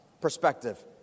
perspective